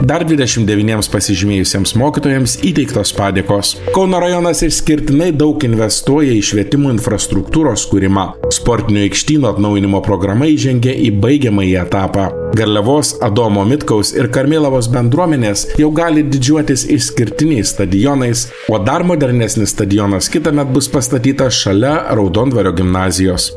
dar dvidešim devyniems pasižymėjusiems mokytojams įteiktos padėkos kauno rajonas išskirtinai daug investuoja į švietimo infrastruktūros kūrimą sportinių aikštynų atnaujinimo programa įžengė į baigiamąjį etapą garliavos adomo mitkaus ir karmėlavos bendruomenės jau gali didžiuotis išskirtiniais stadionais o dar modernesnis stadionas kitąmet bus pastatytas šalia raudondvario gimnazijos